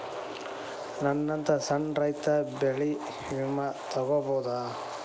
ನನ್ನಂತಾ ಸಣ್ಣ ರೈತ ಬೆಳಿ ವಿಮೆ ತೊಗೊಬೋದ?